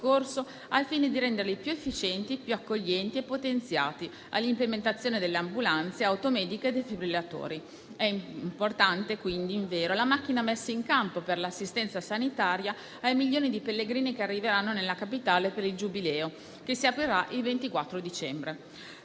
al fine di renderli più efficienti, più accoglienti e potenziati, all'implementazione delle ambulanze, auto mediche e defibrillatori. È importante quindi la macchina messa in campo per l'assistenza sanitaria ai milioni di pellegrini che arriveranno nella Capitale per il Giubileo che si aprirà il 24 dicembre.